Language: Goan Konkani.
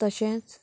तशेंच